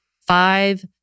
five